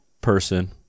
person